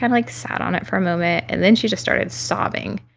and like, sat on it for a moment, and then she just started sobbing